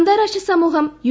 അന്താരാഷ്ട്ര സമൂഹം യു